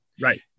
Right